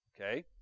Okay